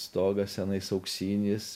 stogas tenais auksinis